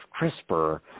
CRISPR